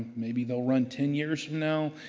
maybe they'll run ten years from now.